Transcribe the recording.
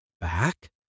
Back